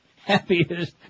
happiest